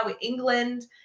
England